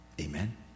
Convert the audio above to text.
Amen